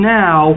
now